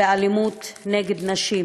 באלימות נגד נשים.